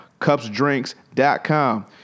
cupsdrinks.com